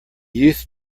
youth